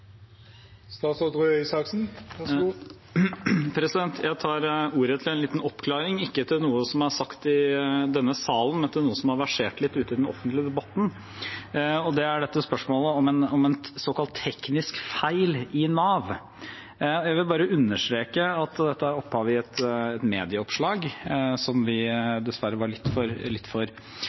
Jeg tar ordet til en liten oppklaring – ikke til noe som er sagt i denne salen, men til noe som har versert ute i den offentlige debatten. Det er spørsmålet om en såkalt teknisk feil i Nav. Jeg vil bare understreke at dette har opphav i et medieoppslag, som vi dessverre var litt for